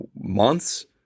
months